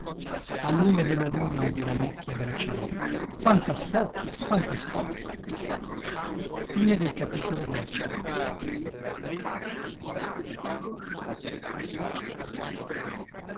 al lume della luna ogni ranocchia gracidò quanta spocchia quanta spocchia